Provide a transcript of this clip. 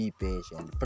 patient